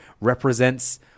represents